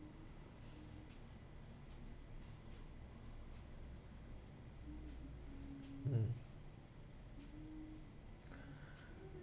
mm